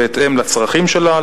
בהתאם לצרכים שלה,